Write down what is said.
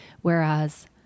Whereas